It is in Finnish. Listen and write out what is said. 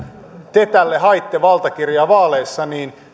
te tälle haitte valtakirjaa vaaleissa niin